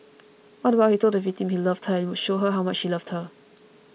all the while he told the victim that he loved her and would show her how much he loved her